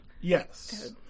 Yes